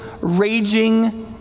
Raging